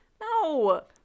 No